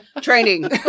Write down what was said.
training